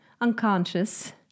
unconscious